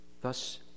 Thus